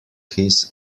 his